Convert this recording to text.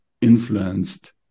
influenced